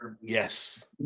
Yes